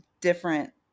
different